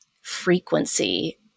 frequency